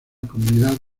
comunidad